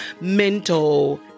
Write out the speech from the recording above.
mental